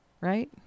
Right